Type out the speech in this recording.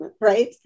right